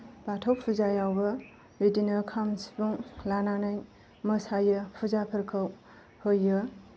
बाथौ फुजायावबो बिदिनो खाम सिफुं लानानै मोसायो फुजाफोरखौ होयो